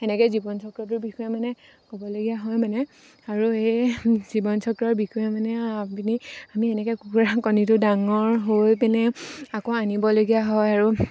তেনেকৈ জীৱন চক্ৰটোৰ বিষয়ে মানে ক'বলগীয়া হয় মানে আৰু সেই জীৱন চক্ৰৰ বিষয়ে মানে আপুনি আমি এনেকৈ কুকুৰাৰ কণীটো ডাঙৰ হৈ পিনে আকৌ আনিবলগীয়া হয় আৰু